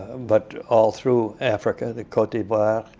but all through africa the cote d'ivoire,